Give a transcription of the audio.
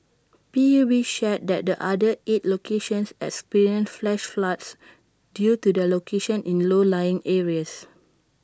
P U B shared that the other eight locations experienced flash floods due to their locations in low lying areas